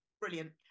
Brilliant